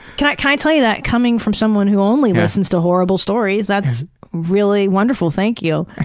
can i can i tell you that coming from someone who only listens to horrible stories, that's really wonderful. thank you.